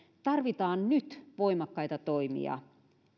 tarvitaan nyt voimakkaita toimia